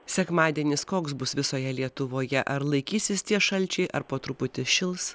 sekmadienis koks bus visoje lietuvoje ar laikysis tie šalčiai ar po truputį šils